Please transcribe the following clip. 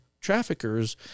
traffickers